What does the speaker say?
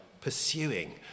pursuing